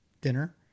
dinner